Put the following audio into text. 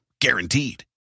Guaranteed